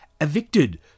Evicted